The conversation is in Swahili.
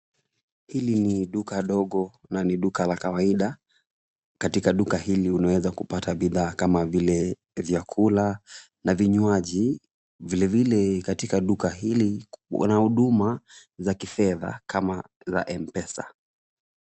Hili ni duka ndogo na ni duka la kawaida. Katika duka hili unaweza kupata bidhaa kama vile vyakula na vinywaji. Vile vile katika duka hili, wana huduma za kifedha kama za M-Pesa.